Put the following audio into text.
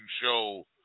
show